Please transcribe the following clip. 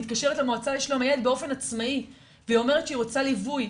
מתקשרת למועצה לשלום הילד באופן עצמאי ואומרת שהיא רוצה ליווי,